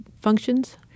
functions